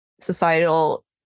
societal